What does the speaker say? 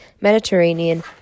Mediterranean